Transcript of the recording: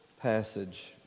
passage